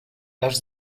has